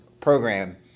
program